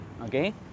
okay